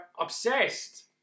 obsessed